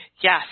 Yes